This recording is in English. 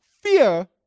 fear